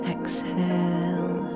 Exhale